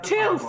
Two